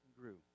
grew